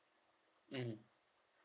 mm